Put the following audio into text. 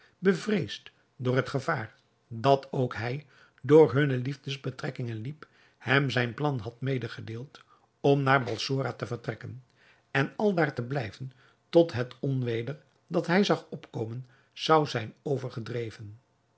bevreesd door het gevaar dat ook hij door hunne liefdesbetrekkingen liep hem zijn plan had medegedeeld om naar balsora te vertrekken en aldaar te blijven tot het onweder dat hij zag opkomen zou zijn